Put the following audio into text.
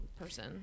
person